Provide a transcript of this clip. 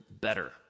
better